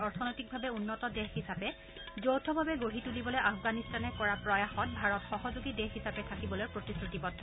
অৰ্থনৈতিকভাৱে উন্নত দেশ হিচাপে যৌথভাৱে গঢ়ি তুলিবলৈ আফগানিস্তানে কৰা প্ৰয়াসত ভাৰত সহযোগী দেশ হিচাপে থাকিবলৈ প্ৰতিশ্ৰুতিবদ্ধ